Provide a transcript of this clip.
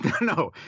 no